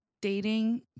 dating